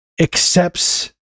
accepts